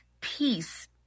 peace